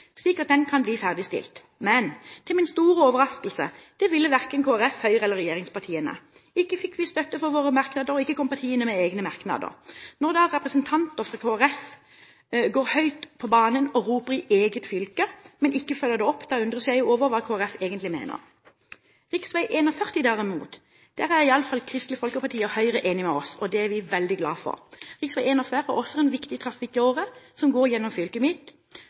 slik at den kan bli ferdigstilt. Men – til min store overraskelse – det ville verken Kristelig Folkeparti, Høyre eller regjeringspartiene. Ikke fikk vi støtte for våre merknader, og ikke kom partiene med egne merknader. Når representanter for Kristelig Folkeparti går høyt på banen og roper i eget fylke, men ikke følger det opp, undres jeg over hva Kristelig Folkeparti egentlig mener. Når det gjelder rv. 41 derimot, er i alle fall Kristelig Folkeparti og Høyre enig med oss. Det er vi veldig glad for. Rv. 41 er også en viktig trafikkåre som går gjennom fylket mitt,